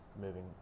moving